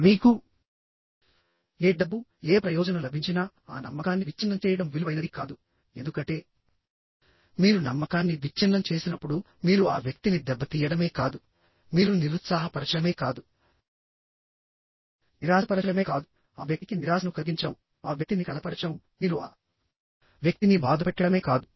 మీకు ఏ డబ్బు ఏ ప్రయోజనం లభించినా ఆ నమ్మకాన్ని విచ్ఛిన్నం చేయడం విలువైనది కాదుఎందుకంటే మీరు నమ్మకాన్ని విచ్ఛిన్నం చేసినప్పుడు మీరు ఆ వ్యక్తిని దెబ్బతీయడమే కాదు మీరు నిరుత్సాహపరచడమే కాదు నిరాశపరచడమే కాదుఆ వ్యక్తికి నిరాశను కలిగించడంఆ వ్యక్తిని కలతపరచడం మీరు ఆ వ్యక్తిని బాధపెట్టడమే కాదు